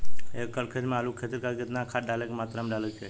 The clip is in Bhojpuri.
एक एकड़ खेत मे आलू के खेती खातिर केतना खाद केतना मात्रा मे डाले के चाही?